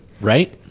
Right